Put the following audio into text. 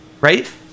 right